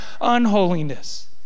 unholiness